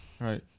Right